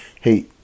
Hey